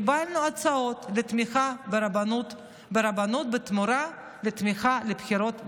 קיבלנו הצעות לתמיכה ברבנות בתמורה לתמיכה בבחירות לרשויות.